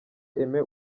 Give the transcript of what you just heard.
aimé